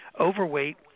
overweight